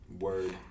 Word